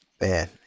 man